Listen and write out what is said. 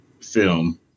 film